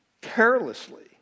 carelessly